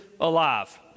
alive